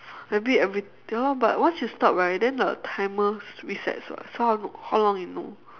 maybe every ya lor but once you stop right then the timer resets [what] so how how long you know